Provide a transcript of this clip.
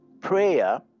Prayer